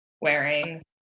wearing